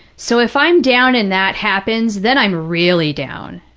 so, if i'm down and that happens, then i'm really down.